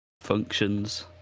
functions